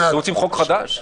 רוצים חוק חדש?